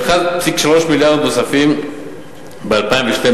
וב-1.3 מיליארד נוספים ב-2012.